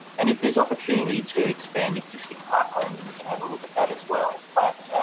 and if there's opportunity to expand existing parkland, then we can have a look at that as well. but